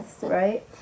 right